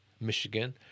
Michigan